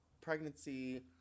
pregnancy